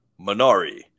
Minari